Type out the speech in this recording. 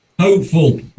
Hopeful